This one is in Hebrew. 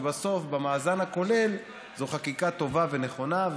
ובסוף במאזן הכולל זו חקיקה טובה ונכונה,